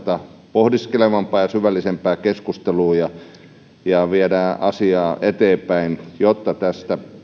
pohdiskelevampaa ja syvällisempää keskustelua ja viedään asiaa eteenpäin jotta tästä